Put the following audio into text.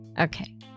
okay